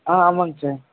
ஆ ஆமாம்ங்க சார்